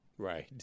Right